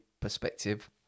perspective